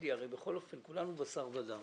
שתגידי - הרי בכל אופן כולנו בשר ודם